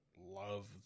love